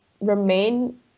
remain